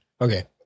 Okay